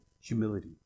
humility